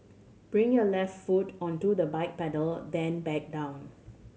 bring your left foot onto the bike pedal then back down